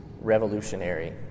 revolutionary